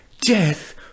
death